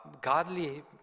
godly